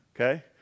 Okay